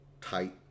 tight